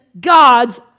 God's